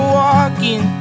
walking